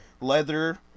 leather